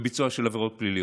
וביצוע של עבירות פליליות.